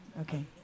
Okay